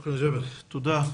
תודה.